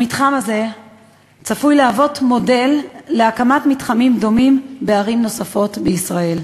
המתחם הזה צפוי להיות מודל להקמת מתחמים דומים בערים נוספות בישראל.